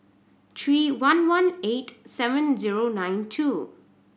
three one one eight seven zero nine two